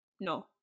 No